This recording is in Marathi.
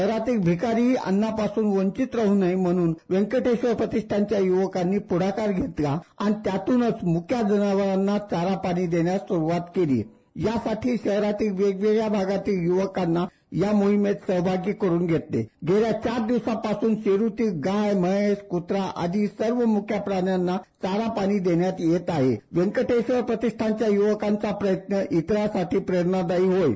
शहरातील भिकारी अन्नापासून वंचित राहू नये म्हणून व्यकंटेश्वर प्रतिष्ठानच्या युवकांनी पुढाकार घेतला त्यातूनच मुक्या जनावरांना चारा पाणी देण्यास सुरवात केली यासाठी शहरातील वेगवेगळ्या भागातील यूवकांना या मोहिमेत सहभागी करून घेतले गेल्या चार दिवसापासून क्त्रा गाय म्हैस अशा सर्व मुक्या प्राण्यांना चारापाणी देण्यात येत आहे व्यकंटेश्वर प्रतिष्ठानच्या युवकांचा प्रयत्न इतरांसाठी प्रेरणादायी ठरत आहे